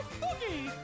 boogie